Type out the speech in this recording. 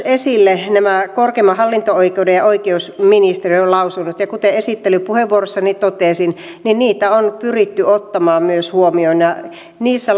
esille nämä korkeimman hallinto oikeuden ja oikeusministeriön lausunnot ja kuten esittelypuheenvuorossani totesin niitä on pyritty ottamaan myös huomioon niissä